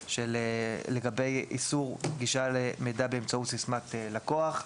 לגבי איסור גישה למידע באמצעות סיסמת לקוח.